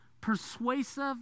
persuasive